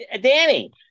Danny